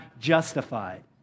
justified